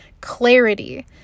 clarity